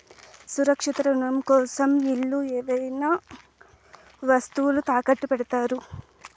సురక్షిత రుణం కోసం ఇల్లు ఏవైనా వస్తువులు తాకట్టు పెడతారు